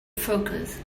focus